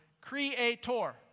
creator